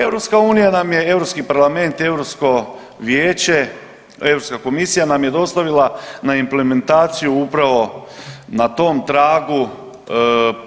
Europska unija nam je Europski parlament i Europsko vijeće, Europska komisija nam je dostavila na implementaciju upravo na tom tragu